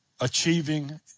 achieving